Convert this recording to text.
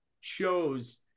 shows